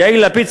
יאיר לפיד,